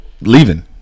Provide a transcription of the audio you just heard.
leaving